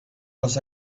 was